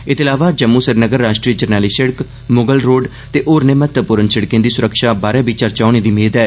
एहदे अलावा जम्मू श्रीनंगर राश्ट्रीय जरनैली सिड़क मुगल रोड़ ते होरने महत्वपूर्ण सिड़कें दी सुरक्षा बारै बी चर्चा होने दी मेद ऐ